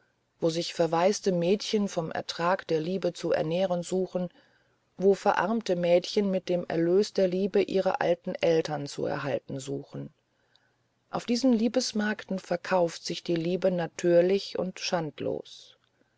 wo sich verwaiste mädchen vom ertrag der liebe zu ernähren suchen wo verarmte mädchen mit dem erlös der liebe ihre alten eltern zu erhalten suchen auf diesen liebesmärkten verkauft sich die liebe natürlich und